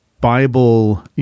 Bible –